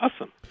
Awesome